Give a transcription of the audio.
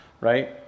right